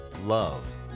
love